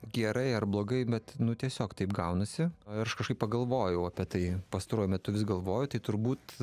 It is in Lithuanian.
gerai ar blogai bet nu tiesiog taip gaunasi aš kažkaip pagalvojau apie tai pastaruoju metu vis galvoju tai turbūt